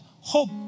hope